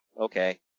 okay